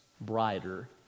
brighter